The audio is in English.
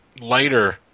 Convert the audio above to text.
lighter